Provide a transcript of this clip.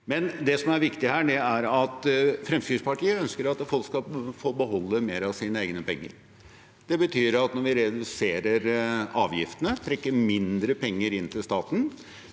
Det som er viktig her, er at Fremskrittspartiet ønsker at folk skal få beholde mer av sine egne penger. Det betyr at når vi reduserer avgiftene og trekker mindre penger inn til staten,